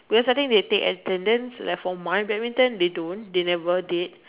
but they starting they take attendance like for my badminton they don't they never take